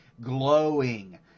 glowing